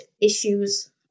issues